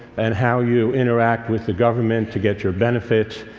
and how you interact with the government to get your benefits,